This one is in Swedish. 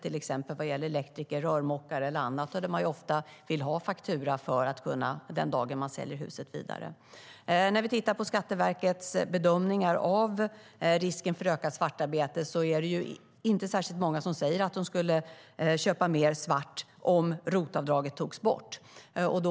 När det gäller elektriker, rörmokare eller annat vill man ju ofta ha faktura på det arbetet för den dagen man säljer huset vidare. Enligt Skatteverkets bedömningar av risken för ökat svartarbete är det inte särskilt många som säger att de skulle köpa mer svart om ROT-avdraget togs bort.